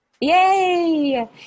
Yay